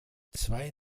zwei